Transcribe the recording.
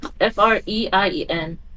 F-R-E-I-E-N